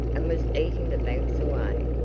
and was eating the banks away.